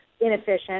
inefficient